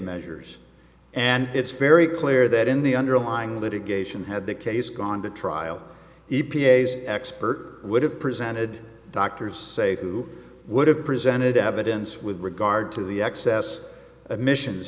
measures and it's very clear that in the underlying litigation had the case gone to trial e p a s expert would have presented doctors say who would have presented evidence with regard to the excess emissions